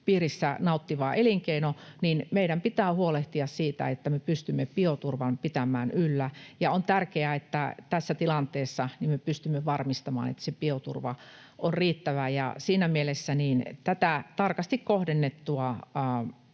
piiristä nauttiva elinkeino, meidän pitää huolehtia siitä, että me pystymme bioturvan pitämään yllä. On tärkeää, että tässä tilanteessa me pystymme varmistamaan, että bioturva on riittävää, ja siinä mielessä tätä tarkasti kohdennettua